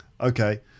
Okay